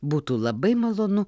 būtų labai malonu